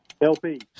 LP